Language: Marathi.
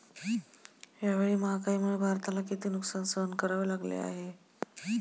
यावेळी महागाईमुळे भारताला किती नुकसान सहन करावे लागले आहे?